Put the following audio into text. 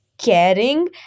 caring